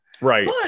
Right